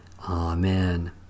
Amen